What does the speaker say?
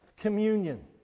Communion